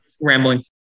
rambling